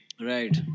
Right